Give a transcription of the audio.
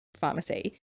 pharmacy